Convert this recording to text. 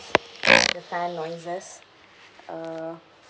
the fan noises err